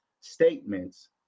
statements